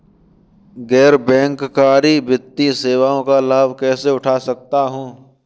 गैर बैंककारी वित्तीय सेवाओं का लाभ कैसे उठा सकता हूँ?